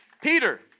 Peter